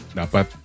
dapat